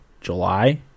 July